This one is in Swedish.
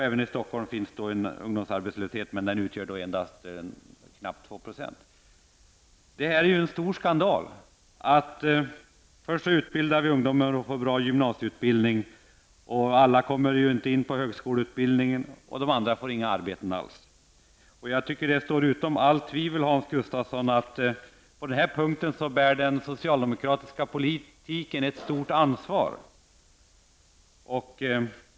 Även i Stockholm finns en ungdomsarbetslöshet, men den utgör endast knappt 2%. Detta är ju en stor skandal. Först ger vi ungdomar en bra gymnasieutbildning, sedan kommer inte alla in på högskoleutbildning, och många får inga arbeten alls. Jag tycker att det står utom allt tvivel, Hans Gustafsson, att på den här punkten bär den socialdemokratiska politiken ett stort ansvar.